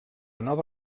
nova